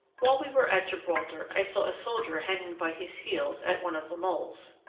while we were at gibraltar, i saw a soldier hanging by his heels, at one of the moles